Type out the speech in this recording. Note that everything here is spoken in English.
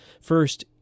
First